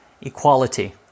equality